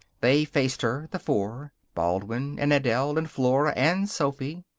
they faced her, the four baldwin and adele and flora and sophy.